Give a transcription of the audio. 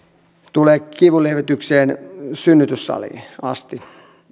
tulee kivunlievitykseen synnytyssaliin asti